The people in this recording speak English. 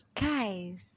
Guys